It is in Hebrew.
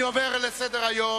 אני עובר לסדר-היום.